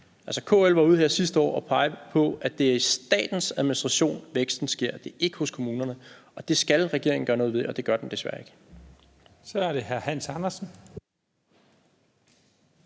KL var ude her sidste år og pege på, at det er i statens administration, væksten sker; det er ikke hos kommunerne. Det skal regeringen gøre noget ved, og det gør den desværre ikke. Kl. 14:22 Første